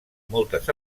moltes